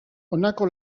honako